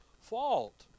fault